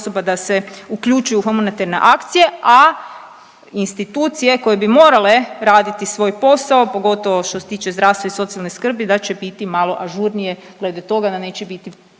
da se uključe u humanitarne akcije, a institucije koje bi morale raditi svoj posao, pogotovo što se tiče zdravstva i socijalne skrbi da će biti malo ažurnije glede toga da neće biti